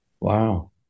Wow